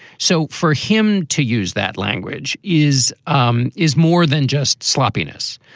so for him to use that language is um is more than just sloppiness.